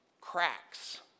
cracks